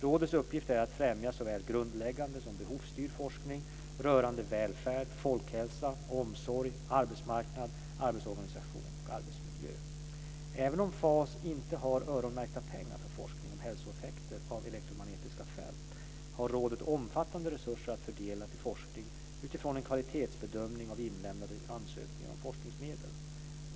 Rådets uppgift är att främja såväl grundläggande som behovsstyrd forskning rörande välfärd, folkhälsa, omsorg, arbetsmarknad, arbetsorganisation och arbetsmiljö. Även om FAS inte har öronmärkta pengar för forskning om hälsoeffekter av elektromagnetiska fält har rådet omfattande resurser att fördela till forskning utifrån en kvalitetsbedömning av inlämnade ansökningar om forskningsmedel.